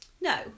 No